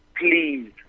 Please